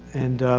and,